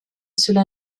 cela